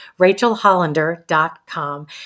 RachelHollander.com